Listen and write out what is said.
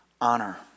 honor